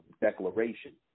declaration